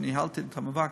ניהלתי את המאבק,